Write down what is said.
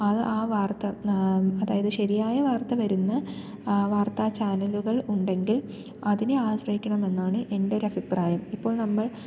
അത് ആ വാർത്ത അതായത് ശരിയായ വാർത്ത വരുന്ന വാർത്താ ചാനലുകൾ ഉണ്ടെങ്കിൽ അതിനെ ആശ്രയിക്കണമെന്നാണ് എന്റെ ഒരഭിപ്രായം ഇപ്പോൾ നമ്മൾ